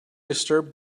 disturbed